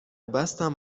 بستم